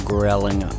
Growling